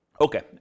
Okay